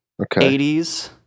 80s